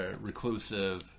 Reclusive